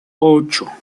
ocho